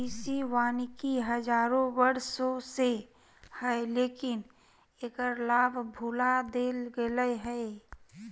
कृषि वानिकी हजारों वर्षों से हइ, लेकिन एकर लाभ भुला देल गेलय हें